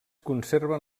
conserven